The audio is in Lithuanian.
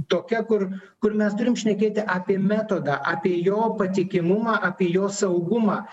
tokia kur kur mes turim šnekėti apie metodą apie jo patikimumą apie jo saugumą